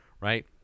right